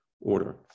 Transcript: order